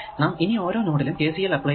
നാം ഇനി ഓരോ നോഡിലും KCL അപ്ലൈ ചെയ്യുന്നു